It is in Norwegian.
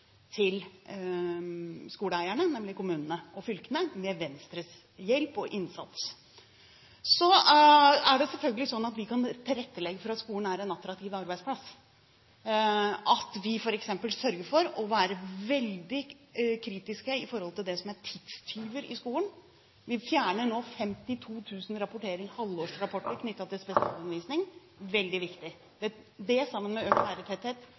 til skoleeierne, nemlig kommunene og fylkene – med Venstres hjelp og innsats. Vi kan selvfølgelig legge til rette for at skolen blir en attraktiv arbeidsplass, ved at vi f.eks. sørger for å være veldig kritiske til tidstyver i skolen. Vi fjerner nå 52 000 halvårsrapporter knyttet til spesialundervisning. Det er veldig viktig. Det, sammen med økt lærertetthet,